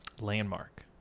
landmark